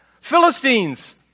Philistines